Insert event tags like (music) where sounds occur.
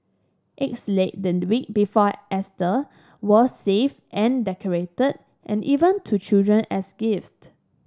eggs laid the week before (unintelligible) were saved and decorated and even to children as gift